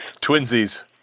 Twinsies